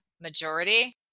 majority